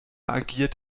agiert